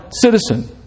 citizen